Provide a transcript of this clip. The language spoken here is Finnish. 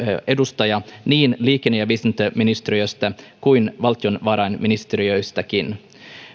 edustaja niin liikenne ja viestintäministeriöstä kuin valtiovarainministeriöstäkin